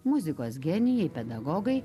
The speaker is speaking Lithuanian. muzikos genijai pedagogai